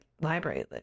library